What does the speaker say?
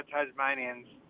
Tasmanians